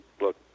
look